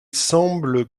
semble